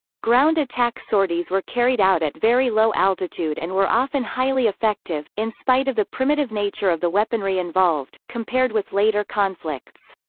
ground attack sorties were carried out at very low altitude and were often highly effective, in spite of the primitive nature of the weaponry involved, compared with later conflicts.